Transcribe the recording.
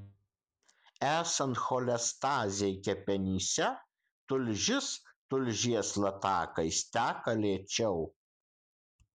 esant cholestazei kepenyse tulžis tulžies latakais teka lėčiau